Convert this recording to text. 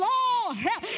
Lord